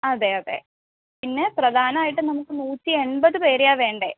അതെയതെ പിന്നെ പ്രധാനമായിട്ടും നമുക്ക് നൂറ്റി അൻമ്പത് പേരെയാ വേണ്ടത്